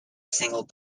single